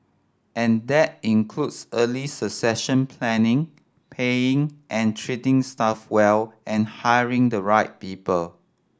and that includes early succession planning paying and treating staff well and hiring the right people